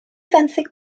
fenthyg